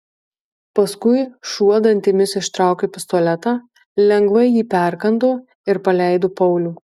paskui šuo dantimis ištraukė pistoletą lengvai jį perkando ir paleido paulių